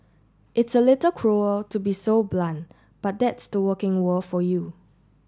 it's a little cruel to be so blunt but that's the working world for you